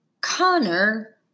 Connor